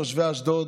תושבי אשדוד,